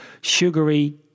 sugary